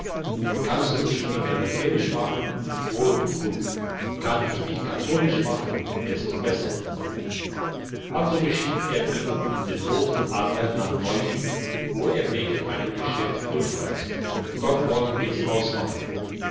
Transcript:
kannst du mich wieder lutherisch machen wohl und gut kann ich dich katholisch machen desto besser also beschied er ihn in den roten adler nach neuwied wo er wegen einem geschäft durchreiste dort wollen wir's ausmachen